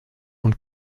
und